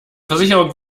versicherung